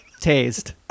tased